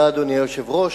אדוני היושב-ראש,